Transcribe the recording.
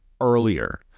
earlier